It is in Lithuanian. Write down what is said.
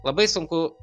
labai sunku